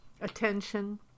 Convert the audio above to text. attention